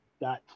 dot